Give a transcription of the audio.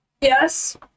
Yes